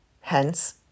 hence